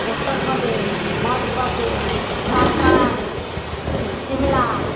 Uttar Pradesh Madhya Pradesh Jharkhand Shimla